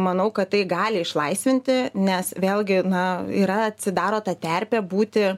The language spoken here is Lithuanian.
manau kad tai gali išlaisvinti nes vėlgi na yra atsidaro ta terpė būti